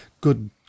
Good